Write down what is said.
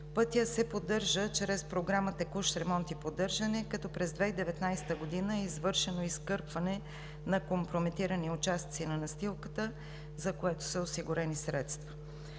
Пътят се поддържа чрез Програма „Текущ ремонт и поддържане“, като през 2019 г. е извършено изкърпване на компрометирани участъци на настилката, за което са осигурени средства.